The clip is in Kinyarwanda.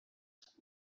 kuza